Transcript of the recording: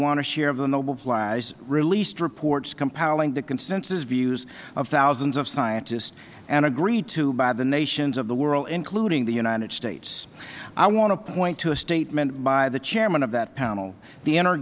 won a share of the nobel prize released reports compiling the consensus views of thousands of scientists and agreed to by the nations of the world including the united states i want to point to a statement by the chairman of that panel the inter